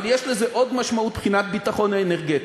אבל יש לזה עוד משמעות מבחינת ביטחון אנרגטי: